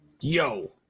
Yo